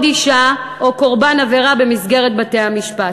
אישה או קורבן עבירה במסגרת בתי-המשפט.